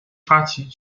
发起